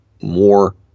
More